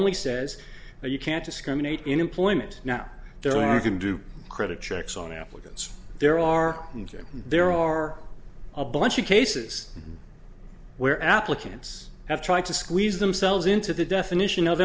only says that you can't discriminate in employment now there are going to do credit checks on applicants there are there are a bunch of cases where applicants have tried to squeeze themselves into the definition of